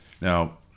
Now